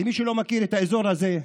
למי שלא מכיר את האזור הזה,